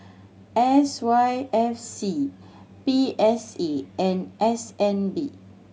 S Y F C P S A and S N B